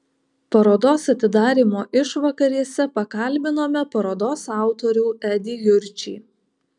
parodos atidarymo išvakarėse pakalbinome parodos autorių edį jurčį